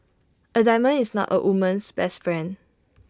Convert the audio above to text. A diamond is not A woman's best friend